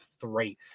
three